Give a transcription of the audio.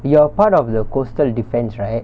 you are part of the coastal defence right